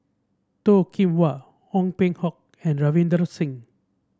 Toh Kim Hwa Ong Peng Hock and Ravinder Singh